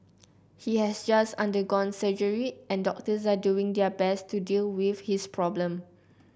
he has just undergone surgery and doctors are doing their best to deal with his problem